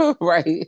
Right